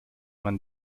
man